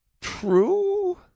true